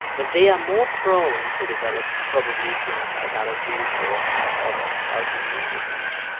that they are more prone to develop probably things like allergies or like other autoimmune diseases.